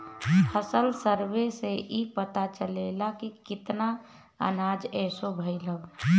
फसल सर्वे से इ पता चलेला की केतना अनाज असो भईल हवे